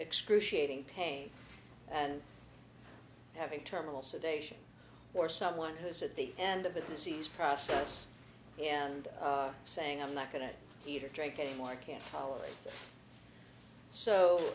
excruciating pain and having terminal sedation for someone who is at the end of the disease process and saying i'm not going to eat or drink any more can't tolerate so